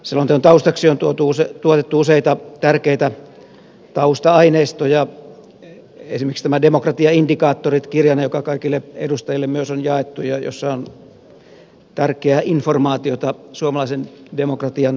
selonteon taustaksi on tuotettu useita tärkeitä tausta aineistoja esimerkiksi demokratiaindikaattorit kirjanen joka kaikille edustajille myös on jaettu ja jossa on tärkeää informaatiota suomalaisen demokratian tilasta